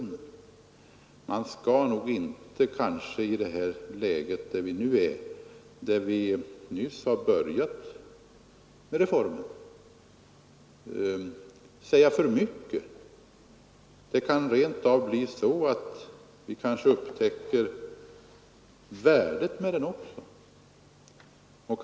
Nej, i nuvarande läge, när vi så nyss har börjat tillämpa reformen, skall man nog inte säga för mycket. Om någon tid kan det nämligen bli så att man rent av upptäcker värdet med reformen.